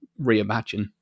reimagine